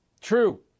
True